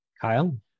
Kyle